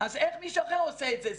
אז איך מישהו אחר עושה את זה?